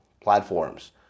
platforms